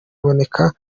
iboneka